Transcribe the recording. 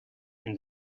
and